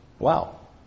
Wow